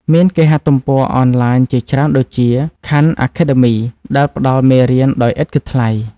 មានគេហទំព័រអនឡាញជាច្រើនដូចជា ខាន់ អាខេដដឺមី (Khan Academy) ដែលផ្តល់មេរៀនដោយឥតគិតថ្លៃ។